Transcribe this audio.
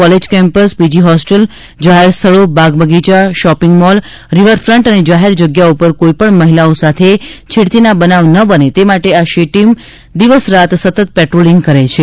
college campus PG hostel જાહેર સ્થળોબાગ બગીચાશોપિંગ મોલરિવરફન્ટ અને જાહેર જગ્યાઓ પર કોઈપણ મહિલાઓ સાથે છેડતી ના બનાવ ન બને તે માટે આ શી ટીમ દિવસ રાત સતત પેટ્રોલીંગ કરે છે